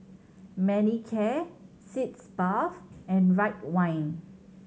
Manicare Sitz Bath and Ridwind